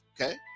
okay